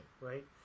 right